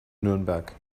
nürnberg